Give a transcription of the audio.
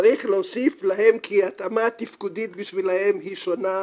צריך להוסיף להם כי ההתאמה התפקודית בשבילם היא שונה.